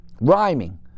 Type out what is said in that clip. rhyming